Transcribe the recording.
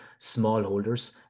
smallholders